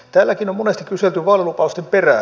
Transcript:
täälläkin on monesti kyselty vaalilupausten perään